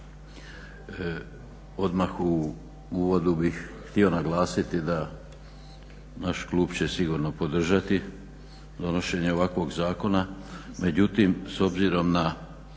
Odmah u uvodu bih htio naglasiti da naš klub će sigurno podržati donošenje ovakvog zakona, međutim s obzirom na